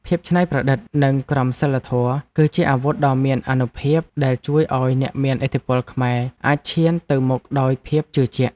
ភាពច្នៃប្រឌិតនិងក្រមសីលធម៌គឺជាអាវុធដ៏មានអានុភាពដែលជួយឱ្យអ្នកមានឥទ្ធិពលខ្មែរអាចឈានទៅមុខដោយភាពជឿជាក់។